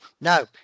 No